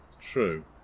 True